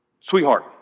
sweetheart